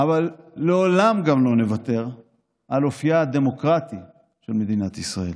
אבל לעולם גם לא נוותר על אופייה הדמוקרטי של מדינת ישראל,